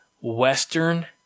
Western